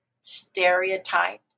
stereotype